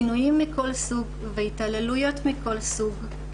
עינויים מכל סוג והתעללויות מכל סוג,